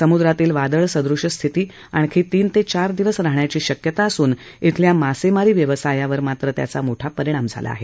समुद्रातील वादळ सदृश स्थिती आणखी तीन ते चार दिवस राहण्याची शक्यता असून ब्रिल्या मासेमारी व्यवसायावर मोठा परिणाम झाला आहे